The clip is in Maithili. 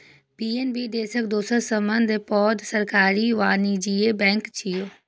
पी.एन.बी देशक दोसर सबसं पैघ सरकारी वाणिज्यिक बैंक छियै